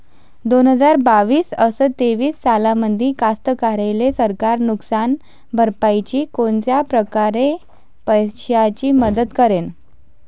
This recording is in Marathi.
दोन हजार बावीस अस तेवीस सालामंदी कास्तकाराइले सरकार नुकसान भरपाईची कोनच्या परकारे पैशाची मदत करेन?